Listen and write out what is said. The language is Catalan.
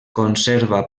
conserva